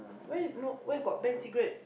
where no where got ban cigarette